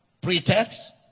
pretext